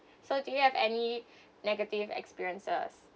so do you have any negative experiences